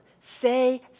say